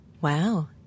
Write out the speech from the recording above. Wow